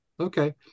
Okay